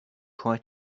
try